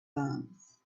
arms